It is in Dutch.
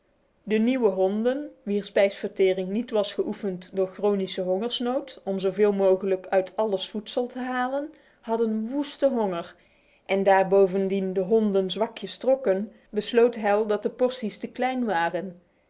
de nieuwe honden wier digestie niet was geoefend door chronische hongersnood om zoveel mogelijk uit alles voedsel te halen hadden woeste honger en daar bovendien de honden zwakjes trokken concludeerde hal dat de porties te klein waren